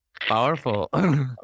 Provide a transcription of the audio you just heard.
Powerful